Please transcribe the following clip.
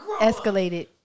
escalated